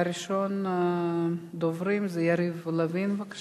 ראשון הדוברים זה יריב לוין, בבקשה.